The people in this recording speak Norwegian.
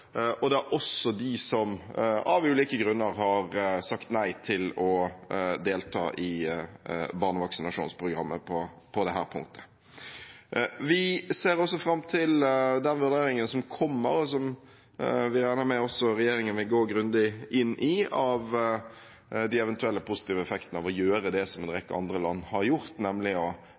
og også dem som av ulike grunner har sagt nei til å delta i barnevaksinasjonsprogrammet på dette punktet. Vi ser fram til den vurderingen som kommer, og som vi regner med regjeringen vil gå grundig inn i med tanke på de eventuelle positive effektene av å gjøre det som en rekke andre land har gjort, nemlig å